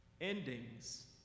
Endings